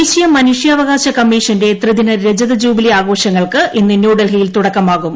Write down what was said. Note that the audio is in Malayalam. ദേശീയ മനുഷ്യാവകാശ കമ്മീഷന്റെ ത്രിദിന രജത ജൂബിലി ആഘോഷങ്ങൾക്ക് ഇന്ന് ന്യൂഡൽഹിയിൽ തുടക്കമാകും